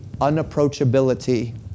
unapproachability